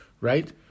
right